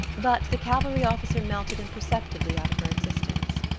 but the cavalry officer melted imperceptibly out of her existence.